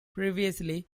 previously